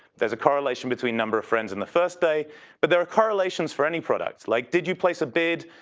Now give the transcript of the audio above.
there's a correlation between number of friends in the first day but there are correlations for any product like did you place a bid,